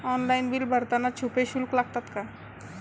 Online bill भरताना छुपे शुल्क लागतात का?